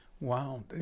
Wow